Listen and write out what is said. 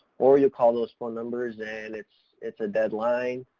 or you'll call those phone numbers and it's, it's a dead line.